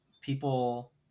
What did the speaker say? people